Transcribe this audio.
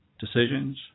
decisions